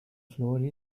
floor